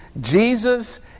Jesus